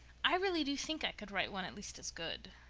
i really do think i could write one at least as good.